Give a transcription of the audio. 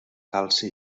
calci